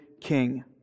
King